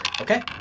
Okay